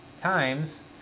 times